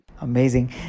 Amazing